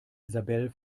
isabel